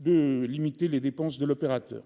de limiter les dépenses de l'opérateur